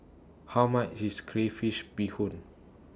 How much IS Crayfish Beehoon